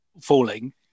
falling